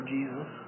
Jesus